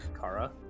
Kara